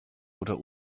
oder